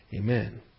Amen